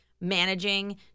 managing